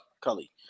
Cully